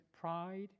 pride